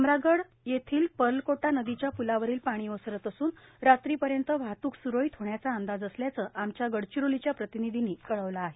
भामरागड येथील पर्लकोटा नदीच्या प्लावरील पाणी ओसरत असूनए रात्रीपर्यंत वाहतूक सुरळीत होण्याचा अंदाज असल्याचं मच्या गडचिरोलीच्या प्रतीनीधीनं कळवलं हे